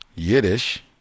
Yiddish